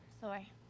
Sorry